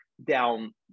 down